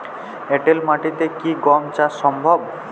এঁটেল মাটিতে কি গম চাষ সম্ভব?